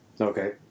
Okay